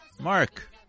Mark